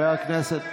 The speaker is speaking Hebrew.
שמענו.